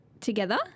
together